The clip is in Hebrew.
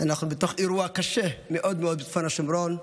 אנחנו בתוך אירוע קשה מאוד מאוד בצפון השומרון,